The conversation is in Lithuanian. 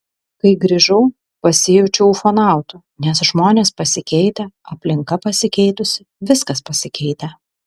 kai grįžau pasijaučiau ufonautu nes žmonės pasikeitę aplinka pasikeitusi viskas pasikeitę